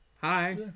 hi